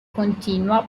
continua